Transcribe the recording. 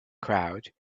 crowd